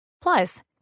Plus